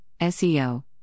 SEO